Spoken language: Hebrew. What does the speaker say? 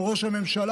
של ראש הממשלה,